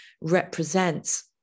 represents